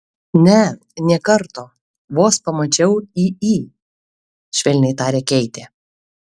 ne nė karto vos pamačiau į į švelniai tarė keitė